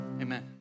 amen